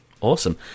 awesome